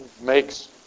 makes